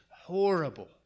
horrible